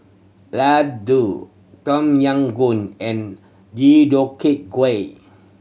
Ladoo Tom Yam Goong and Deodeok Gui